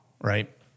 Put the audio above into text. Right